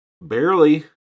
barely